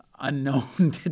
unknown